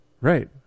Right